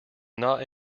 not